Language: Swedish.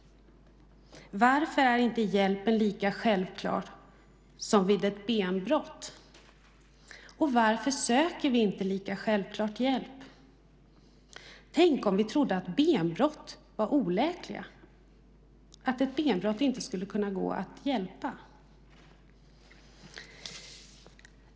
Varför är inte hjälpen lika självklar som vid ett benbrott, och varför söker vi inte lika självklart hjälp? Tänk om vi trodde att benbrott var oläkliga, att ett benbrott inte skulle kunna gå att avhjälpa.